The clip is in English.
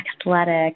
athletic